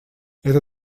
это